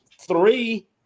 three